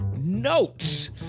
Notes